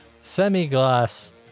semi-gloss